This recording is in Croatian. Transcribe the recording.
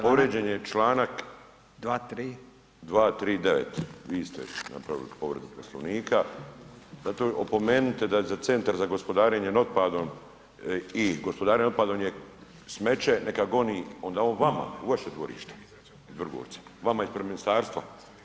Povrijeđen je članak 239. vi ste napravili povredu Poslovnika zato opomenite da je centar za gospodarenje otpadom i gospodarenje otpadom je smeće neka goni on vama u vaše dvorište Vrgorca, vama ispred ministarstva.